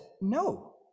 no